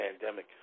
pandemic